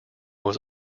was